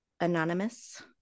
anonymous